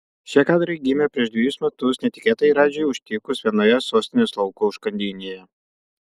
šie kadrai gimė prieš dvejus metus netikėtai radži užtikus vienoje sostinės lauko užkandinėje